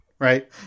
Right